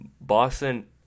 Boston